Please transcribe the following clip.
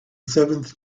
seventh